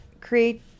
create